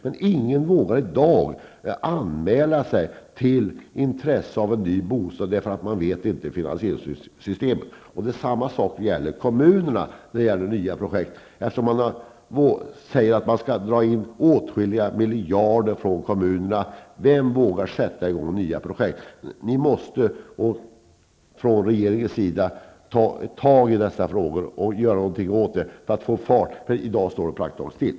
Men ingen vågar i dag anmäla intresse för en ny bostad därför att man inte vet hur finansieringssystemet blir. Detsamma gäller nya projekt i kommunerna. Åtskilliga miljarder skall dras in i kommunerna. Vem vågar sätta i gång med nya projekt? Ni måste från regeringens sida ta itu med dessa frågor och göra någonting för att få fart på byggsektorn. I dag står det praktiskt taget still.